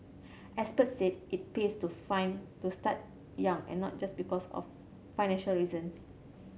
experts said it pays to find to start young and not just because of financial reasons